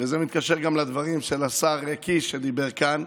וזה מתקשר גם לדברים של השר קיש שדיבר כאן,